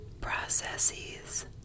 processes